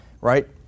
right